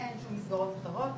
שאין מסגרות אחרות.